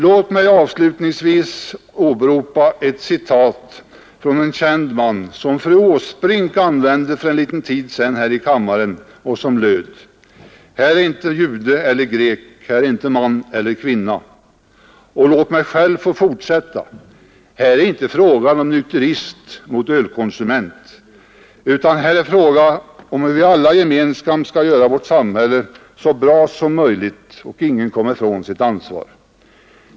Låt mig avslutningsvis åberopa ett citat från en känd man som fru Åsbrink använde för en liten tid sedan och som löd: ”Här är icke jude eller grek, här är icke träl eller fri, här är icke man och kvinna.” Låt mig själv fortsätta: Här är inte fråga om nykterist mot ölkonsument utan här är en fråga om hur vi alla skall gemensamt göra vårt samhälle så bra som möjligt, och ingen kommer ifrån sitt ansvar.